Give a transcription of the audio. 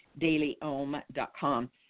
dailyom.com